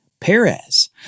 Perez